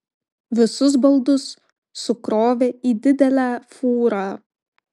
visus baldus sukrovė į didelę fūrą